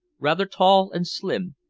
rather tall and slim.